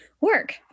work